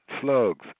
Slugs